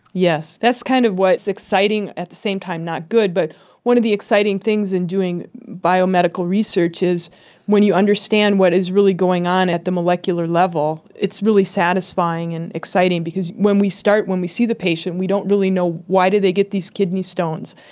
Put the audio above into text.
yes. that's kind of why it's exciting, at the same time not good, but one of the exciting things in doing biomedical research is when you understand what is really going on at the molecular level. it's really satisfying and exciting, because when we start, when we see the patient we don't really know why do they get these kidney stones,